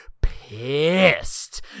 pissed